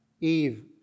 Eve